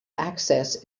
access